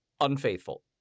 Unfaithful